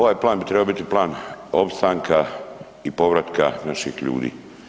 Ovaj Plan bi trebao biti plan opstanka i povratka naših ljudi.